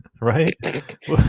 right